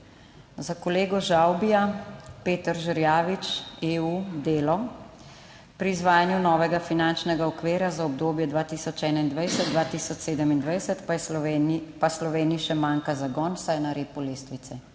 Za kolego Žavbija, Peter Žerjavič, EU, Delo, pri izvajanju novega finančnega okvira za obdobje 2021-2027 pa Sloveniji še manjka zagon vsaj na repu lestvice,